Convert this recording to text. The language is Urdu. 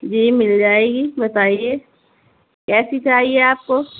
جی مل جائے گی بتائیے کیسی چاہیے آپ کو